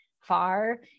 far